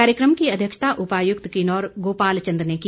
कार्यक्रम की अध्यक्षता उपायुक्त किन्नौर गोपाल चंद ने की